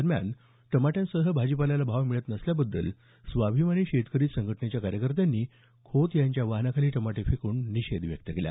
दरम्यान टमाट्यांसह भाजीपाल्याला भाव मिळत नसल्याबद्दल स्वाभिमानी शेतकरी संघटनेच्या कार्यकर्त्यांनी खोत यांच्या वाहनाखाली टमाटे फेकून निषेध व्यक्त केला